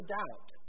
doubt